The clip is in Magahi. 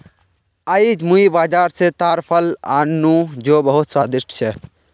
आईज मुई बाजार स ताड़ फल आन नु जो बहुत स्वादिष्ट छ